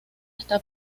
está